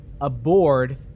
aboard